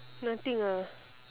nothing ah